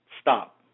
Stop